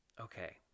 okay